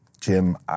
Jim